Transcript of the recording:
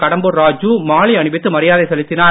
கடம்பூர் ராஜு மாலை அணிவித்து மரியாதை செலுத்தினார்